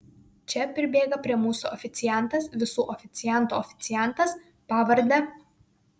čia pribėga prie mūsų oficiantas visų oficiantų oficiantas pavarde